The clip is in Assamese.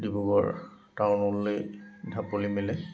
ডিব্ৰুগড় টাউনলৈ ঢাপলি মেলে